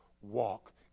walk